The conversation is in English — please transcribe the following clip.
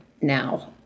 now